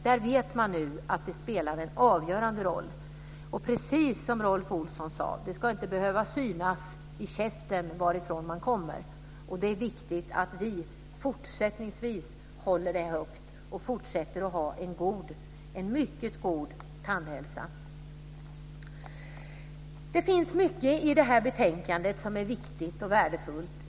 Där vet man nu att tandhälsan spelar en avgörande roll. Precis som Rolf Olsson sade ska det inte behöva synas i käften varifrån man kommer. Det är viktigt att vi fortsättningsvis håller en mycket god tandhälsa högt. Det finns mycket i betänkandet som är viktigt och värdefullt.